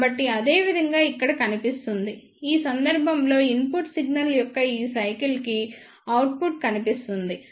కాబట్టి అదే విధంగా ఇక్కడ కనిపిస్తుంది ఈ సందర్భంలో ఇన్పుట్ సిగ్నల్ యొక్క ఈ సైకిల్ కి అవుట్పుట్ కనిపిస్తుంది